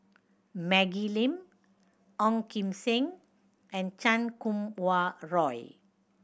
Maggie Lim Ong Kim Seng and Chan Kum Wah Roy